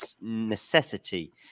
necessity